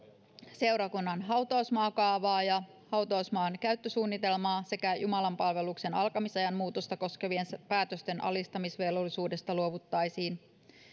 seurakunnan hautausmaakaavaa ja hautausmaan käyttösuunnitelmaa sekä jumalanpalveluksen alkamisajan muutosta koskevien päätösten alistamisvelvollisuudesta luovuttaisiin